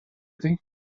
ydy